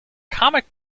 comic